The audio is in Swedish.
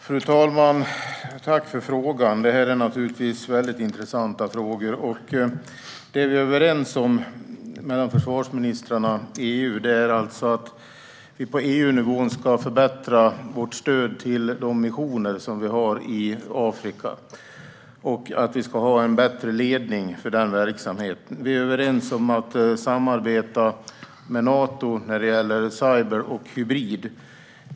Fru talman! Jag tackar för frågan. Detta är naturligtvis mycket intressanta frågor. Det som försvarsministrarna i EU är överens om är att vi på EU-nivå ska förbättra vårt stöd till de missioner som vi har i Afrika och att vi ska ha en bättre ledning för denna verksamhet. Vi är överens om att samarbeta med Nato när det gäller cyber och hybrid.